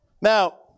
Now